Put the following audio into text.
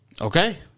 Okay